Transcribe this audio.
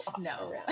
No